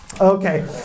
Okay